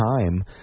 time